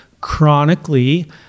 chronically